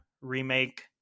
remake